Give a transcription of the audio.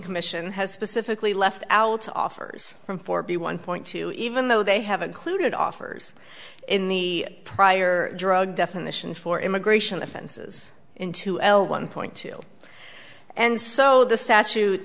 commission has specifically left out offers from four b one point two even though they have included offers in the prior drug definition for immigration offenses into l one point two and so the